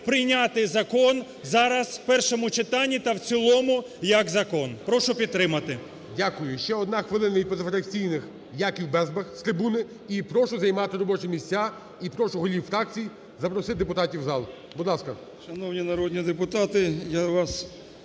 прийняти закон зараз, в першому читанні, та в цілому, як закон. Прошу підтримати. ГОЛОВУЮЧИЙ. Дякую. Ще 1 хвилина, від позафракційних Яків Безбах з трибуни. І прошу займати робочі місця, і прошу голів фракцій запросити депутатів в зал. Будь ласка. 17:15:25 БЕЗБАХ Я.Я. Шановні народні депутати, я вас